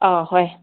ꯑꯥ ꯍꯣꯏ